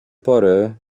pory